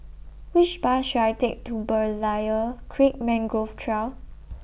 Which Bus should I Take to Berlayer Creek Mangrove Trail